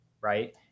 right